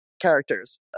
characters